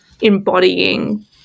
embodying